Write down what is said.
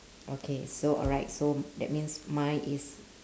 okay so alright so that means mine is